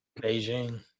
Beijing